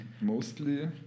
mostly